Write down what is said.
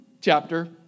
chapter